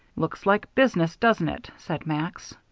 looks like business, doesn't it, said max.